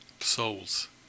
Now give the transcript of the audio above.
Souls